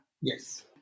Yes